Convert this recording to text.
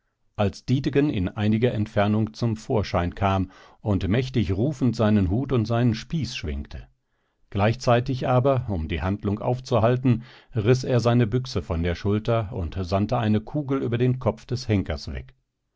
als dietegen in einiger entfernung zum vorschein kam und mächtig rufend seinen hut und seinen spieß schwenkte gleichzeitig aber um die handlung aufzuhalten riß er seine büchse von der schulter und sandte eine kugel über den kopf des henkers weg